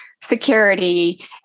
security